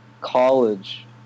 college